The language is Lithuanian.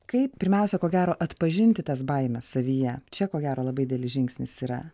kaip pirmiausia ko gero atpažinti tas baimes savyje čia ko gero labai didelis žingsnis yra